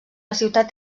ciutat